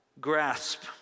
grasp